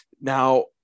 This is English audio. Now